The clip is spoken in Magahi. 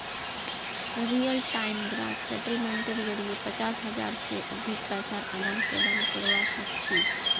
रियल टाइम ग्रॉस सेटलमेंटेर जरिये पचास हज़ार से अधिक पैसार आदान प्रदान करवा सक छी